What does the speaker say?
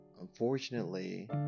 Unfortunately